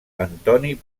antoni